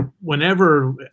whenever